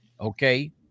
okay